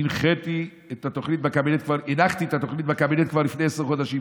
הנחתי את התוכנית בקבינט כבר לפני עשרה חודשים.